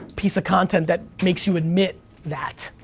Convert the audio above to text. piece of content that makes you admit that.